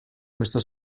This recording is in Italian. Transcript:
questo